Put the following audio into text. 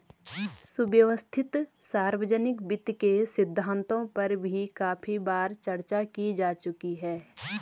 सुव्यवस्थित सार्वजनिक वित्त के सिद्धांतों पर भी काफी बार चर्चा की जा चुकी है